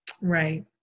Right